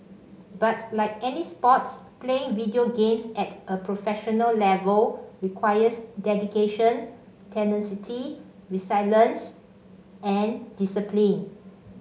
but like any sports playing video games at a professional level requires dedication tenacity resilience and discipline